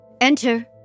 Enter